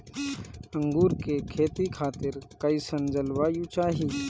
अंगूर के खेती खातिर कइसन जलवायु चाही?